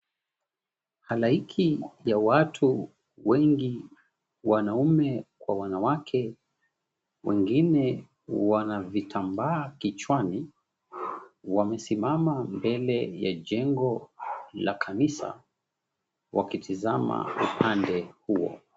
Halaiki ya watu wengi wanaume kwa wanawake wengine wanavitambaa kichwani wamesimama mbele ya jengo la kanisa wakitazama pande huo.